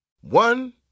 One